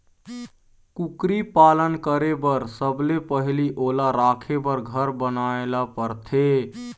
कुकरी पालन करे बर सबले पहिली ओला राखे बर घर बनाए ल परथे